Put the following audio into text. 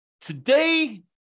Today